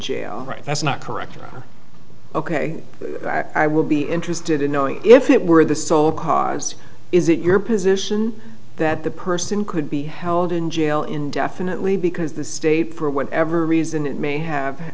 right that's not correct or ok i would be interested in knowing if it were the sole cause is it your position that the person could be held in jail indefinitely because the state for whatever reason it may have